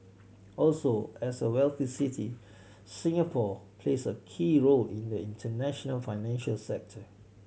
also as a wealthy city Singapore plays a key role in the international financial sector